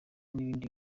n’ibindi